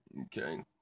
Okay